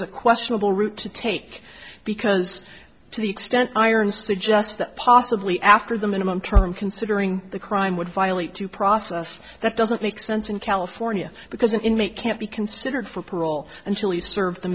a questionable route to take because to the extent irons suggest that possibly after the minimum term considering the crime would violate due process that doesn't make sense in california because an inmate can't be considered for parole until you serve the